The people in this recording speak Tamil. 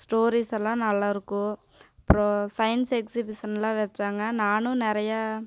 ஸ்டோரிஸெல்லாம் நல்லாயிருக்கும் அப்றம் சயின்ஸ் எக்ஸிபிஷன்லாம் வைச்சாங்க நானும் நிறைய